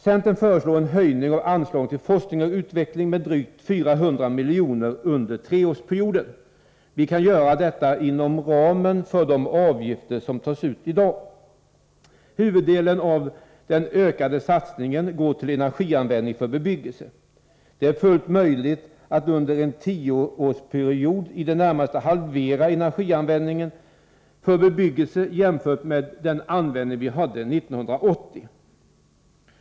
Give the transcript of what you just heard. Centern föreslår en höjning av anslagen till forskning och utveckling med drygt 400 miljoner under treårsperioden. Vi kan göra detta inom ramen för de avgifter som tas ut i dag. Huvuddelen av den ökade satsningen går till energianvändning för bebyggelse. Det är fullt möjligt att under en tioårsperiod i det närmaste halvera energianvändningen för bebyggelse jämfört med den användning vi hade 1980.